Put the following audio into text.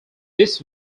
this